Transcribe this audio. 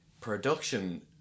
Production